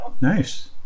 Nice